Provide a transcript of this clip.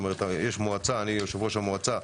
יש מועצה ואני יושב-ראש המועצה,